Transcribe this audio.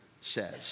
says